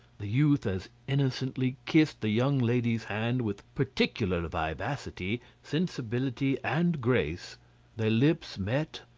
the youth as innocently kissed the young lady's hand with particular vivacity, sensibility, and grace their lips met,